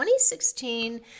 2016